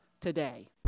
today